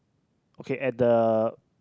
okay at the